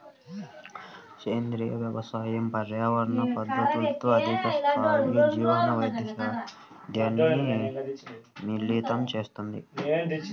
సేంద్రీయ వ్యవసాయం పర్యావరణ పద్ధతులతో అధిక స్థాయి జీవవైవిధ్యాన్ని మిళితం చేస్తుంది